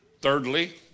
thirdly